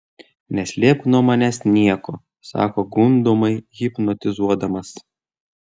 neslėpk nuo manęs nieko sako gundomai hipnotizuodamas